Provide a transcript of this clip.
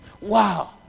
Wow